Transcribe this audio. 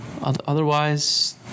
otherwise